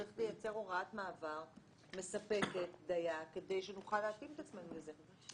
צריך לייצר הוראת מעבר מספקת דיה כדי שנוכל להתאים את עצמנו לזה.